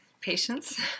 patience